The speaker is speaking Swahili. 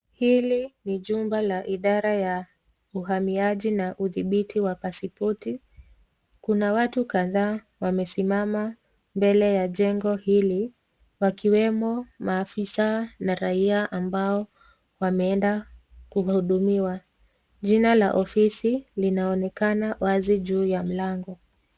Hili ni jumba la idara ya uhamiaji na udhibiti wa pasipoti. Kuna watu kadhaa wamesimama mbele ya jengo hili wakiwemo maafisa na raia ambao wameenda kuhudumiwa. Jina la ofisi linaonekana wazi juu ya mlango.